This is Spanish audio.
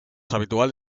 habitual